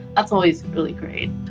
that's always really great,